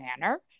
manner